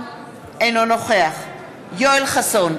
אינו נוכח יואל חסון,